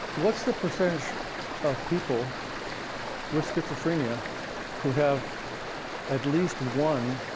what's the percentage of people with schizophrenia who have at least one